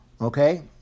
Okay